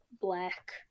black